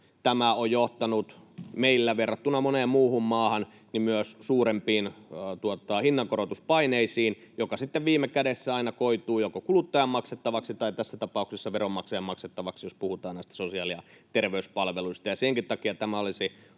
tämä on johtanut meillä moneen muuhun maahan verrattuna myös suurempiin hinnankorotuspaineisiin, joka sitten viime kädessä aina koituu joko kuluttajan maksettavaksi tai tässä tapauksessa veronmaksajan maksettavaksi, jos puhutaan näistä sosiaali- ja terveyspalveluista.